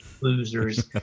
Losers